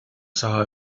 saw